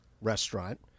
Restaurant